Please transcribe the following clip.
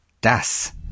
das